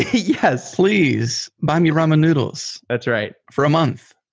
yeah so please buy me ramen noodles. that's right for a month.